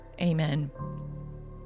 Amen